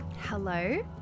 hello